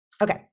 Okay